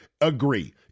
agree